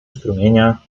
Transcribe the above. strumienia